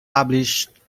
published